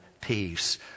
peace